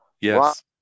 Yes